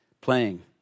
playing